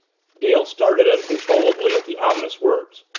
dale started uncontrollably at the ominous words,